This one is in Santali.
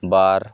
ᱵᱟᱨ